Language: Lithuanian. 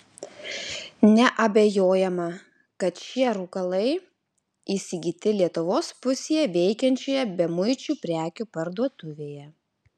neabejojama kad šie rūkalai įsigyti lietuvos pusėje veikiančioje bemuičių prekių parduotuvėje